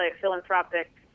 philanthropic